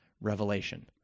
revelation